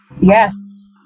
Yes